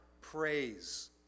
praise